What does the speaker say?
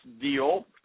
deal